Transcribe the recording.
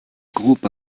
group